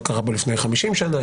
מה קרה בו לפני 50 שנה,